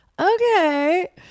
okay